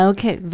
Okay